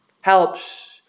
helps